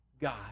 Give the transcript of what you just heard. God